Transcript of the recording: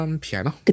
piano